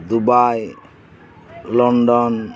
Dubai London